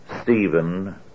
Stephen